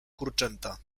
kurczęta